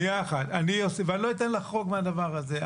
ואני לא אתן לחרוג מהדבר הזה.